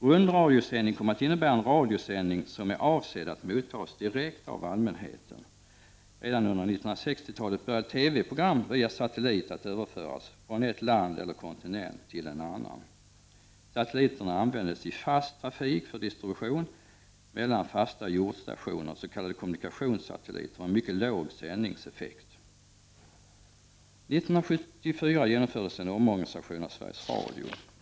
Rundradiosändning kom att innebära en radiosändning som är avsedd att mottas direkt av allmänheten. Redan under 1960-talet började TV-program via satellit att överföras från ett land till ett annat — eller från en kontinent till en annan. Satelliterna användes i fast trafik för distribution mellan fasta jordstationer, s.k. kommunikationssatelliter med mycket låg sändningseffekt. År 1974 genomfördes en omorganisation av Sveriges Radio.